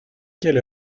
quelle